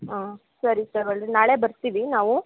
ಹಾಂ ಸರಿ ಸರ್ ಒಳ್ಳೆದು ನಾಳೆ ಬರ್ತೀವಿ ನಾವು